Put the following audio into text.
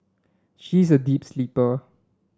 he is a deep sleeper